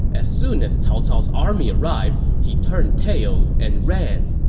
as soon as cao cao's army arrived, he turned tail and ran.